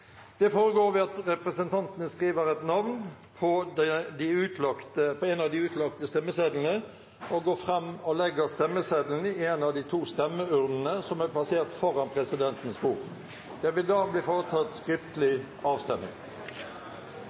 Det foregår ved at representantene skriver et navn på en av de utlagte stemmesedlene og går fram og legger stemmesedlene i en av de to stemmeurnene som er plassert foran presidentens bord. – Det vil da bli foretatt skriftlig avstemning.